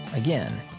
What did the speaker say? Again